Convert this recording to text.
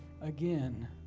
again